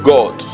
God